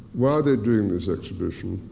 why are they doing this exhibition?